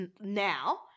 now